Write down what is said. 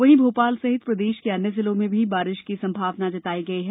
वहीं भोपाल सहित प्रदेश के अन्य जिलों में भी बारिश की संभावना व्यक्त की गई है